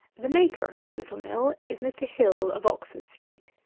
the maker of my little mill is mr. hill, of oxford-street.